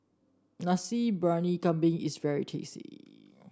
Nasi Briyani Kambing is very tasty